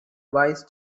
vice